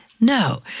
No